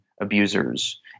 abusers